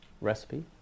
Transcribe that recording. recipe